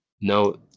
no